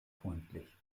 freundlich